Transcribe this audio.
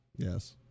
Yes